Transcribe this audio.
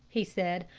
he said.